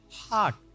heart